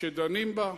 שדנים בה,